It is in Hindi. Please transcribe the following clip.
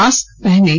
मास्क पहनें